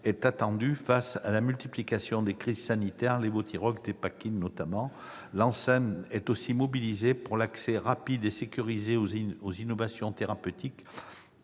est attendue face à la multiplication des crises sanitaires, celles du Levothyrox et de la Dépakine, notamment. L'ANSM est aussi mobilisée pour l'accès rapide et sécurisé aux innovations thérapeutiques